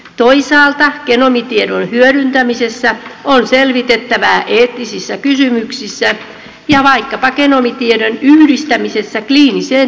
toisaalta genomitiedon hyödyntämisessä on selvitettävää eettisissä kysymyksissä ja vaikkapa genomitiedon yhdistämisessä kliiniseen terveydenhuoltoon